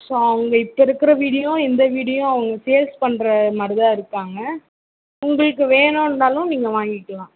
so அவங்க இப்போ இருக்கிற வீடியும் இந்த வீடியும் அவங்க சேல்ஸ் பண்றமாதிரி தான் இருக்காங்க உங்களுக்கு வேணும்னாலும் நீங்கள் வாங்கிக்கலாம்